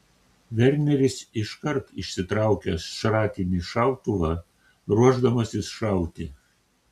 verneris iškart išsitraukia šratinį šautuvą ruošdamasis šauti